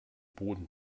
boden